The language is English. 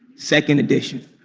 second edition